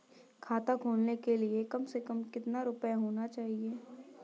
खाता खोलने के लिए कम से कम कितना रूपए होने चाहिए?